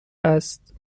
است